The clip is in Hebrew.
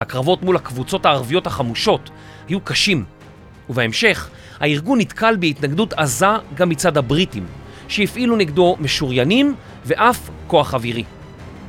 הקרבות מול הקבוצות הערביות החמושות היו קשים ובהמשך הארגון נתקל בהתנגדות עזה גם מצד הבריטים שהפעילו נגדו משוריינים ואף כוח אווירי.